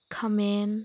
ꯈꯥꯃꯦꯟ